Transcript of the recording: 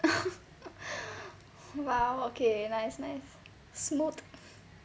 !wow! okay nice nice smooth